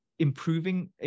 improving